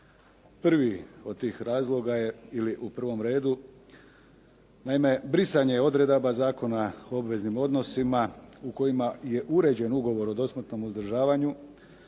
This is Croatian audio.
Prvi od tih razloga je, ili u prvom redu, naime brisanje odredaba Zakona o obveznim odnosima u kojima je uređen ugovor o dosmrtnom uzdržavanju